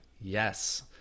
Yes